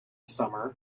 summer